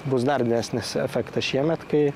bus dar didesnis efektas šiemet kai